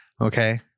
Okay